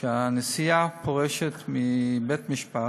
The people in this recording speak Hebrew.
כשהנשיאה פורשת מבית המשפט,